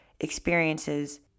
experiences